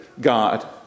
God